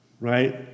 Right